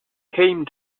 came